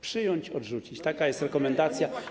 Przyjąć, odrzucić - taka jest rekomendacja.